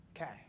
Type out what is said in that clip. Okay